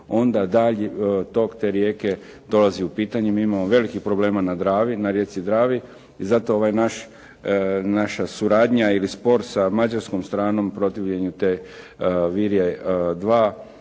onda dalji tok te rijeke dolazi u pitanje. Mi imamo velikih problema na Dravi, na rijeci Dravi i zato ovaj naš, naša suradnja ili spor sa mađarskom stranom protivljenju te Virje 2